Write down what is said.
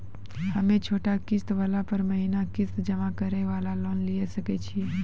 हम्मय छोटा किस्त वाला पर महीना किस्त जमा करे वाला लोन लिये सकय छियै?